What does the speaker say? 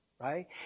Right